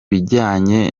bijyanye